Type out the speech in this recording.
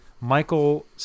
Michael